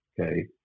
Okay